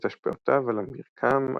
ואת השפעותיו על המרקם,